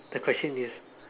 the question is